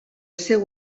seu